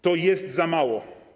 To jest za mało.